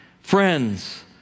Friends